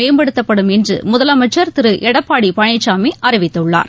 மேம்படுத்தப்படும் என்று முதலமைச்சர் திரு எடப்பாடி பழனிசாமி அறிவித்துள்ளார்